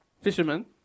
fisherman